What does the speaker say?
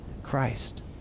Christ